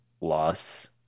loss